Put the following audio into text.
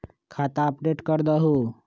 खाता अपडेट करदहु?